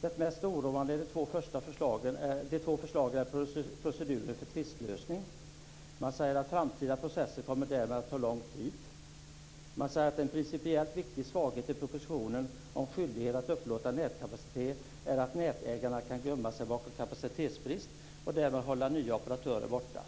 - Det mest oroande i de två förslagen är proceduren för tvistlösning. - Framtida processer kommer därmed att ta lång tid -. En principiellt viktig svaghet i propositionen om skyldighet att upplåta nätkapacitet är att nätägarna kan gömma sig bakom kapacitetsbrist och därmed hålla nya operatörer borta.